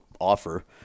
offer